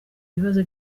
ibibazo